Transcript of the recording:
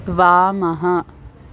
वामः